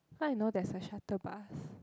how you know there's a shuttle bus